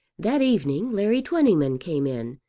that evening larry twentyman came in,